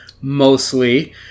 mostly